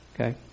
Okay